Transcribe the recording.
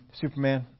Superman